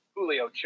Julio